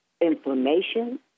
inflammation